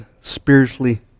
spiritually